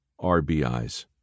RBIs